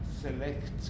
select